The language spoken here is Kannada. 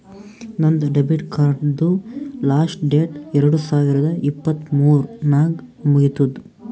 ನಂದ್ ಡೆಬಿಟ್ ಕಾರ್ಡ್ದು ಲಾಸ್ಟ್ ಡೇಟ್ ಎರಡು ಸಾವಿರದ ಇಪ್ಪತ್ ಮೂರ್ ನಾಗ್ ಮುಗಿತ್ತುದ್